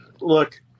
look